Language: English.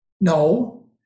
No